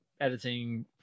editing